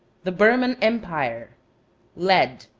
the burman empire lead.